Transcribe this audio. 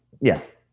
Yes